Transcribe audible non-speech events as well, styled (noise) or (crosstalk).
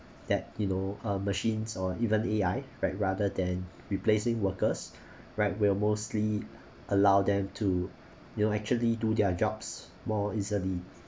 that you know uh machines or even A_I right rather than replacing workers (breath) right will mostly allow them to you know actually do their jobs more easily